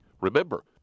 Remember